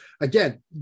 again